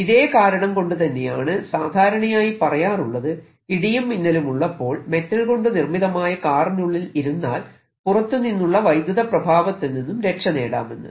ഇതേകാരണം കൊണ്ടുതന്നെയാണ് സാധാരണയായി പറയാറുള്ളത് ഇടിയും മിന്നലുമുള്ളപ്പോൾ മെറ്റൽ കൊണ്ട് നിർമ്മിതമായ കാറിനുള്ളിൽ ഇരുന്നാൽ പുറത്തുനിന്നുള്ള വൈദ്യുത പ്രഭാവത്തിൽ നിന്നും രക്ഷ നേടാമെന്ന്